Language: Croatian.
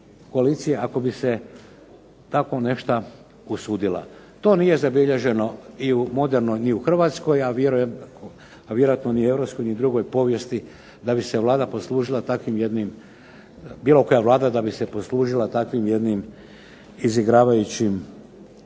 koalicije ako bi se takvo nešto usudila. To nije zabilježeno ni u Hrvatskoj, a vjerojatno ni u europskoj ni u drugoj povijesti da bi se bilo koja vlada poslužila takvim jednim izigravajućim